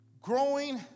Growing